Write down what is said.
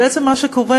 בעצם מה שקורה,